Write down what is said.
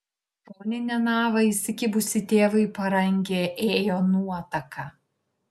šonine nava įsikibusi tėvui į parankę ėjo nuotaka